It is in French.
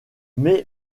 mais